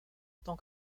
tant